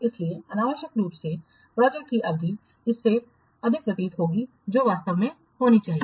इसलिए अनावश्यक रूप से प्रोजेक्ट की अवधि इससे अधिक प्रतीत होती है जो वास्तव में होनी चाहिए